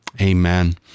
Amen